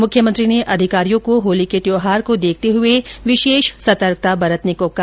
मुख्यमंत्री ने अधिकारियों को होली के त्यौहार को देखते हुए विशेष सतर्कता बरतने को कहा